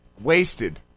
wasted